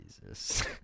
Jesus